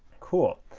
cool,